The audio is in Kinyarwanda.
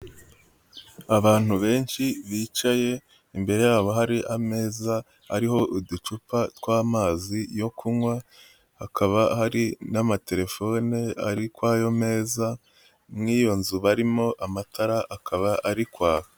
Abantu benshi bicaye imbere yabo hari ameza ariho uducupa tw'amazi yo kunywa hakaba hari n'amatelefone ari kuri ayo meza, muri iyo nzu barimo amatara akaba ari kwaka.